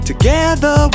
Together